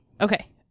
Okay